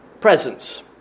presence